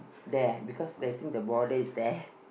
there because they think the border is there